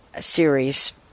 series